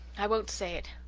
i won't say it!